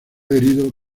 herido